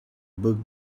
bug